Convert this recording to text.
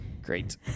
Great